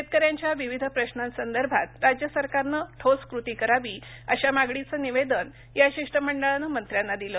शेतकऱ्यांच्या विविध प्रश्नासंदर्भात राज्य सरकारनं ठोस कृती करावी अशा मागणीच निवेदन या शिष्टमंडळानं मंत्र्यांना दिलं